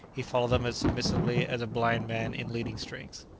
he followed them as submissively as a blind man in leading-strings.